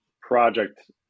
project